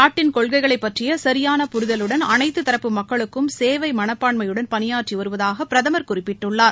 நாட்டின் கொள்கைகளைப் பற்றிய சியான புரிதலுடன் அனைத்து தரப்பு மக்களுக்கும் சேவை மனப்பான்மையுடன் பணியாற்றி வருவதாக பிரதம் குறிப்பிட்டுள்ளார்